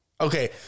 Okay